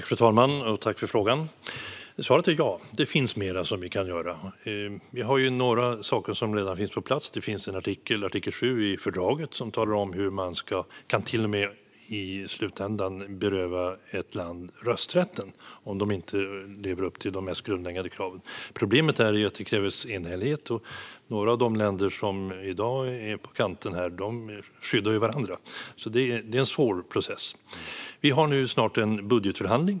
Fru talman! Tack för frågan! Svaret är: Ja, det finns mer vi kan göra. Vi har några saker som redan finns på plats. Artikel 7 i fördraget talar om hur man till och med i slutändan kan beröva ett land rösträtten om det inte lever upp till de mest grundläggande kraven. Problemet är att det krävs enhällighet, och några av de länder som i dag är på kanten här skyddar varandra. Det är alltså en svår process. Vi har snart en budgetförhandling.